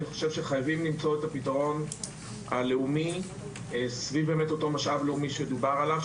אני חושב שחייבים למצוא פתרון לאומי סביב אותו משאב לאומי שדובר עליו,